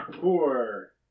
four